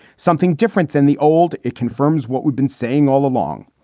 something different than the old. it confirms what we've been saying all along.